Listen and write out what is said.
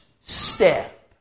step